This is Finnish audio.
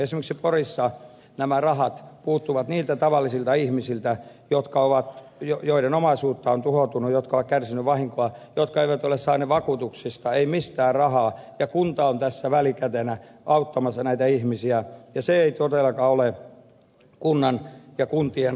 esimerkiksi porissa nämä rahat puuttuvat niiltä tavallisilta ihmisiltä joiden omaisuutta on tuhoutunut jotka ovat kärsineet vahinkoa jotka eivät ole saaneet vakuutuksista ei mistään rahaa ja kunta on tässä välikätenä auttamassa näitä ihmisiä ja se ei todellakaan ole kunnan ja kuntien asia